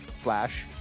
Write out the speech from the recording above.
Flash